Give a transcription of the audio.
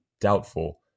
doubtful